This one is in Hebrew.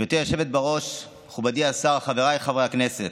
גברתי היושבת בראש, מכובדי השר, חבריי חברי הכנסת,